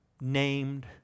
named